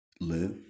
Live